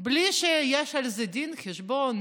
מבלי שיש על זה דין וחשבון.